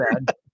bad